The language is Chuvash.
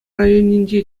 районӗнчи